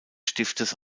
stiftes